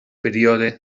període